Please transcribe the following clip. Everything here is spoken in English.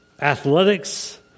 athletics